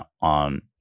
on